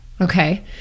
Okay